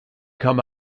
come